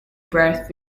breath